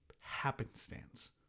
happenstance